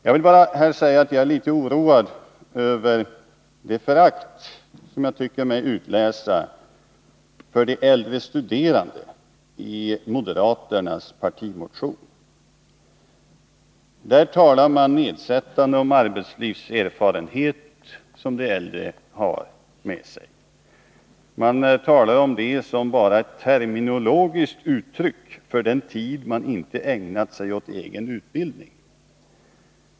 Jag vill här bara säga att jag är litet oroad över det förakt för de äldre studerande som jag tycker mig utläsa ur moderaternas partimotion. Där talar man nedsättande om den arbetslivserfarenhet som de äldre har med sig. Man beskriver den som enbart ett terminologiskt uttryck för den tid som de studerande inte ägnat åt egen utbildning.